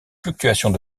fluctuations